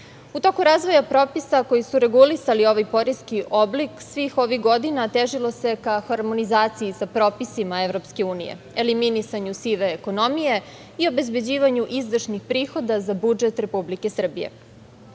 toku razvoja propisa koji su regulisali ovaj poreski oblik svih ovih godina, težilo se ka harmonizaciji sa propisima EU, eliminisanju sive ekonomije i obezbeđivanju izvršnih prihoda za budžet Republike Srbije. Prema